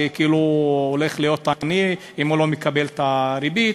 כאילו הוא הולך להיות עני אם הוא לא מקבל את הריבית,